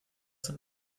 sind